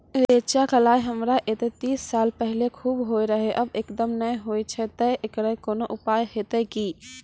रेचा, कलाय हमरा येते तीस साल पहले खूब होय रहें, अब एकदम नैय होय छैय तऽ एकरऽ कोनो उपाय हेते कि?